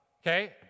Okay